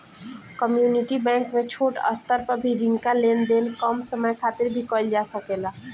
community bank में छोट स्तर पर भी रिंका लेन देन कम समय खातिर भी कईल जा सकेला